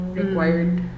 required